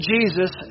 Jesus